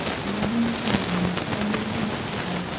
bobby coon hung his head.